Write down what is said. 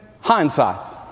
hindsight